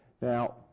Now